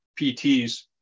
PTs